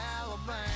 Alabama